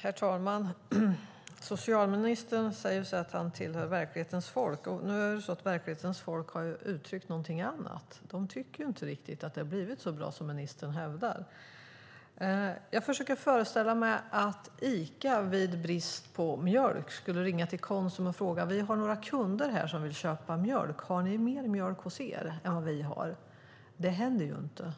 Herr talman! Socialministern säger att han tillhör verklighetens folk. Nu är det så att verklighetens folk har uttryckt någonting annat. De tycker inte riktigt att det har blivit så bra som ministern hävdar. Jag försöker föreställa mig att Ica vid brist på mjölk skulle ringa till Konsum och fråga: Vi har några kunder här som vill köpa mjölk, har ni mer mjölk hos er än vi har? Det händer inte.